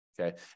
okay